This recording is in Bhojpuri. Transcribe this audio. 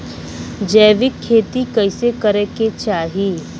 जैविक खेती कइसे करे के चाही?